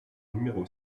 numéro